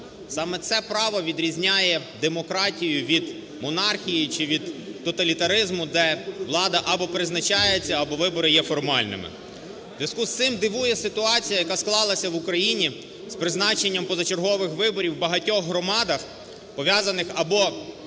Саме це право відрізняє демократію від монархії чи від тоталітаризму, де влада або призначається, або вибори є формальними. В зв'язку з цим дивує ситуація, яка склалася в Україні з призначенням позачергових виборів в багатьох громадах, пов'язаних або